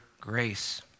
grace